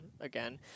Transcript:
again